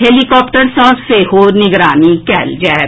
helicopter सँ सेहो निगरानी कयल जायत